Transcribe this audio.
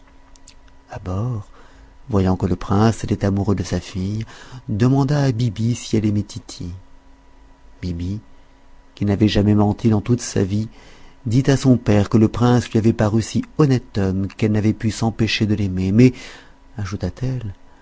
abor voyant que le prince était amoureux de sa fille demanda à biby si elle aimait tity biby qui n'avait jamais menti dans toute sa vie dit à son père que le prince lui avait paru si honnête homme qu'elle n'avait pu s'empêcher de l'aimer mais ajouta-t-elle